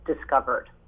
discovered